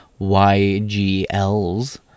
YGLs